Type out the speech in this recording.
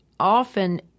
Often